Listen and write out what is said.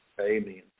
Amen